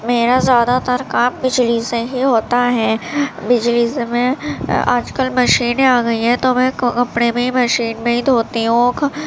میرا زیادہ تر کام بجلی سے ہی ہوتا ہے بجلی سے میں آج کل مشینیں آ گئی ہیں تو میں کپڑے میں مشین میں ہی دھوتی ہوں